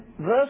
verse